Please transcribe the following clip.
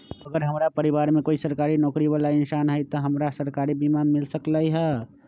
अगर हमरा परिवार में कोई सरकारी नौकरी बाला इंसान हई त हमरा सरकारी बीमा मिल सकलई ह?